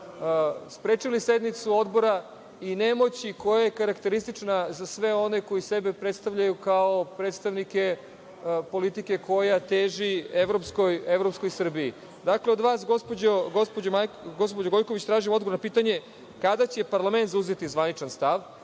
sprečili sednicu Odbora i nemoći koja je karakteristična za sve one koji sebe predstavljaju kao predstavnike politike koja teži evropskoj Srbiji. Od vas, gospođo Gojković, tražim odgovor na pitanje kada će parlament zauzeti zvaničan stav,